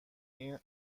این